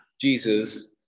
Jesus